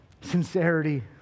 Sincerity